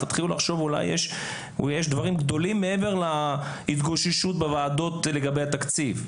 תתחילו לחשוב אולי יש דברים גדולים מעבר להתגוששות בוועדות לגבי התקציב.